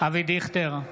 אבי דיכטר,